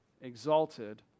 exalted